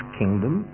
kingdom